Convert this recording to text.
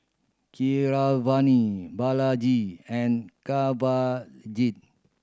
Keeravani Balaji and Kanwaljit